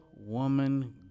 woman